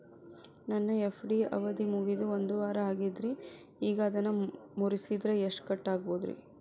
ನನ್ನ ಎಫ್.ಡಿ ಅವಧಿ ಮುಗಿದು ಒಂದವಾರ ಆಗೇದ್ರಿ ಈಗ ಅದನ್ನ ಮುರಿಸಿದ್ರ ಎಷ್ಟ ಕಟ್ ಆಗ್ಬೋದ್ರಿ?